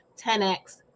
10x